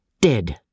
Dead